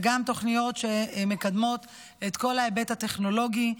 וגם תוכניות שמקדמות את כל ההיבט הטכנולוגי,